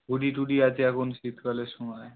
hoodie টুডি আছে এখন শীতকালের সময়